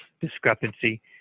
discrepancy